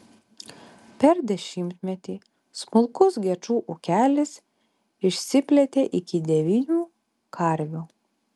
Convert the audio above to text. per dešimtmetį smulkus gečų ūkelis išsiplėtė iki devynių karvių